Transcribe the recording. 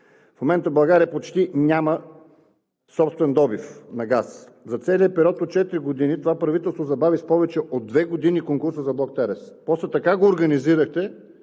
В момента България почти няма собствен добив на газ. За целия период от четири години това правителство забави с повече от две години конкурса за „Блок Терес“. После така го организирахте,